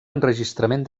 enregistrament